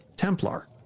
Templar